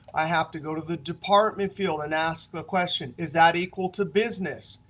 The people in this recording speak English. i have to go to the department field and ask the question, is that equal to business?